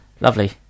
lovely